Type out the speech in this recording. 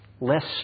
less